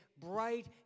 bright